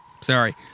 Sorry